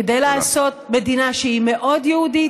כדי לעשות מדינה שהיא מאוד יהודית,